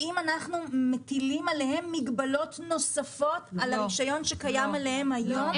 האם אנחנו מטילים עליהם מגבלות נוספות על הרישיון שקיים עליהם היום?